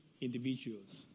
individuals